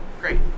Great